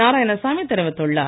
நாராயணசாமி தெரிவித்துள்ளார்